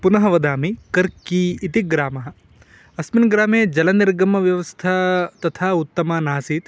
पुनः वदामि कर्की इति ग्रामः अस्मिन् ग्रामे जलनिर्गमव्यवस्था तथा उत्तमा नासीत्